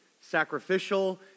sacrificial